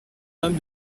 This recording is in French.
homme